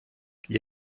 gli